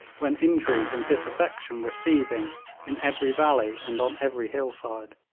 when intrigue and disaffection were seething in every valley and on every hill-side,